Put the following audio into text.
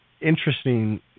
Interesting